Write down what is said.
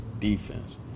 defense